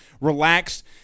relaxed